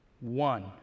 One